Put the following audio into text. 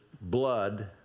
blood